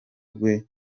rwe